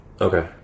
Okay